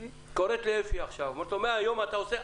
קוראת לאפי עכשיו ואומרת לו: מהיום אתה עושה,